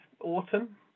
autumn